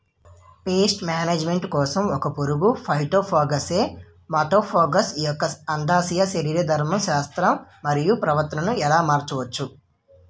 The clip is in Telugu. పేస్ట్ మేనేజ్మెంట్ కోసం ఒక పురుగు ఫైటోఫాగస్హె మటోఫాగస్ యెక్క అండాశయ శరీరధర్మ శాస్త్రం మరియు ప్రవర్తనను ఎలా మార్చచ్చు?